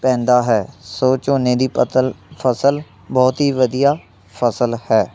ਪੈਂਦਾ ਹੈ ਸੋ ਝੋਨੇ ਦੀ ਪਤਲ ਫਸਲ ਬਹੁਤ ਹੀ ਵਧੀਆ ਫਸਲ ਹੈ